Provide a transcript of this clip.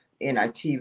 NIT